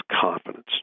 confidence